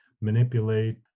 manipulate